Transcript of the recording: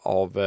av